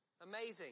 Amazing